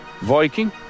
Viking